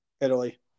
Italy